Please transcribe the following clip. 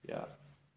ya